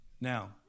Now